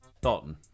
Dalton